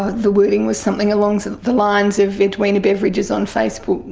ah the wording was something along so the lines of edwina beveridge is on facebook,